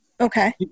Okay